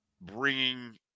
bringing